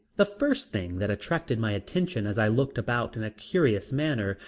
the first thing that attracted my attention as i looked about in a curious manner,